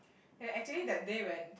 and actually that day when